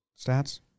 stats